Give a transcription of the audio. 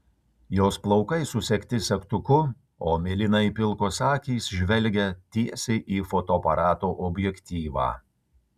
jos plaukai susegti segtuku o mėlynai pilkos akys žvelgia tiesiai į fotoaparato objektyvą